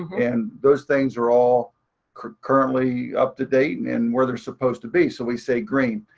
and those things are all currently up to date and and where they're supposed to be. so we say green.